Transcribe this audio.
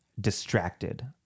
distracted